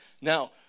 Now